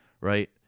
right